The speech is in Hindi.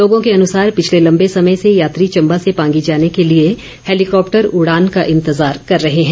लोगों के अनुसार पिछले लम्बे समय से यात्री चम्बा से पांगी जाने के लिए हैलीकॉप्टर उडान का इंतजार कर रहे हैं